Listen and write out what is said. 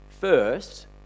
First